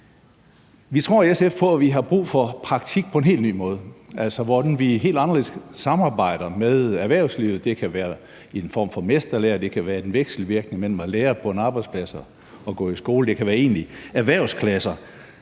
Vi tror i SF på, at man har brug for praktik på en helt ny måde, altså hvor man på en helt anderledes måde samarbejder med erhvervslivet. Det kan være i en form for mesterlære, det kan være en vekselvirkning mellem at lære på en arbejdsplads og at gå i skole, og det kan være egentlige erhvervsklasser.